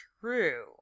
true